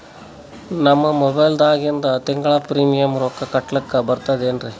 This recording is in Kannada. ನಮ್ಮ ಮೊಬೈಲದಾಗಿಂದ ತಿಂಗಳ ಪ್ರೀಮಿಯಂ ರೊಕ್ಕ ಕಟ್ಲಕ್ಕ ಬರ್ತದೇನ್ರಿ?